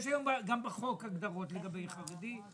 יש היום גם בחוק הגדרות לגבי חרדים.